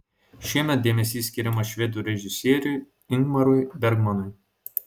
šiemet dėmesys skiriamas švedų režisieriui ingmarui bergmanui